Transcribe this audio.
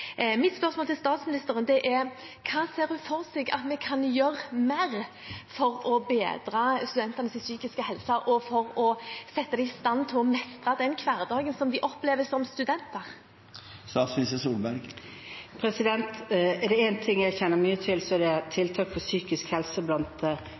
Mitt spørsmål til statsministeren er: Hva ser hun for seg at vi kan gjøre mer for å bedre studentenes psykiske helse, og for å sette dem i stand til å mestre den hverdagen de opplever som studenter? Er det én ting jeg kjenner mye til, er